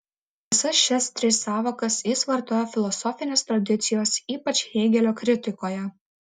visas šias tris sąvokas jis vartoja filosofinės tradicijos ypač hėgelio kritikoje